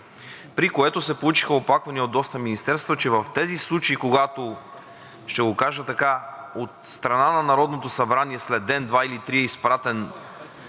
при което се получиха оплаквания от доста министерства, че в тези случаи, когато, ще го кажа така, от страна на Народното събрание след ден, два или три е изпратен